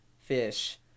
fish